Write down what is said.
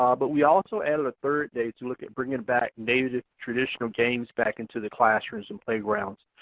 um but we also added a third day to look at bringing back native traditional games back into the classrooms and playgrounds.